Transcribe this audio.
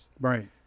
right